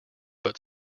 but